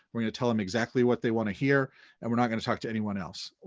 we're gonna tell them exactly what they wanna hear and we're not gonna talk to anyone else.